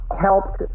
helped